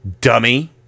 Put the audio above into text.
dummy